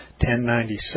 1096